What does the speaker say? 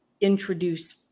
introduce